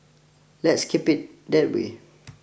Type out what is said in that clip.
let's keep it that way